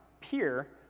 peer